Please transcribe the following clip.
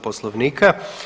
Poslovnika.